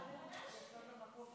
ודאי שכן.